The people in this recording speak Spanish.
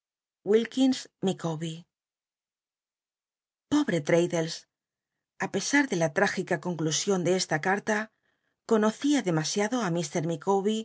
pobre tr addles á pesar de la l tágica conclu liicawsion de esta carta conocía demasiado